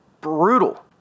brutal